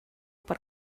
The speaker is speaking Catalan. per